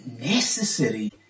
necessary